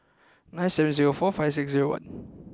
nine seven zero four five six zero one